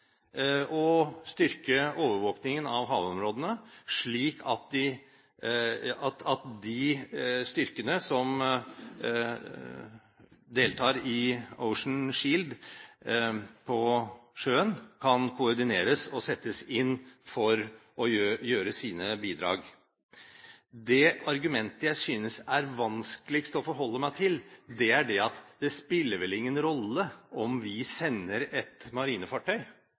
å styrke overvåkingen av havområdene, slik at de styrkene som deltar i Ocean Shield på sjøen, kan koordineres og settes inn for å gjøre sine bidrag. Det argumentet jeg synes er vanskeligst å forholde meg til, er det at det spiller vel ingen rolle om vi sender et marinefartøy